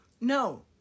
No